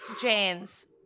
James